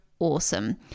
awesome